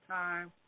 time